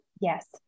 yes